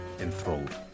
enthralled